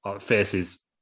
faces